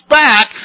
back